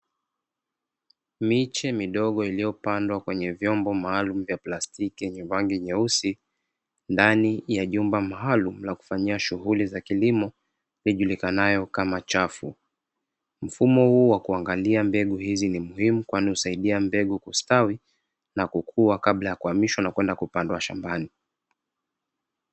Miche midogo iliyopandwa kwenye vyombo maalumu vya plastiki vyenye rangi nyeusi ndani ya jumba maalumu za kufanyia shughuli za kilimo ijulikananyo kama chafu. Mfumo huo wa kuangalia mbegu hizo ni muhimu kwani husaudia mbegu kustawi na kukua kabla ya kuhamishwa na kwenda kupandwa shambani.